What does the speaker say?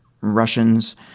Russians